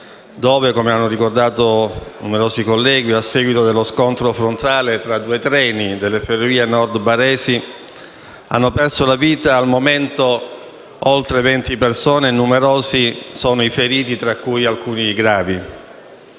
dove - come hanno ricordato numerosi colleghi - a seguito dello scontro frontale tra due treni delle Ferrovie del Nord Barese, hanno perso la vita al momento oltre 20 persone e numerosi sono i feriti, tra cui alcuni gravi.